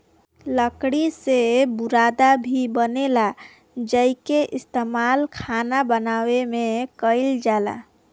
लकड़ी से बुरादा भी बनेला जेइके इस्तमाल खाना बनावे में कईल जाला